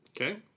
okay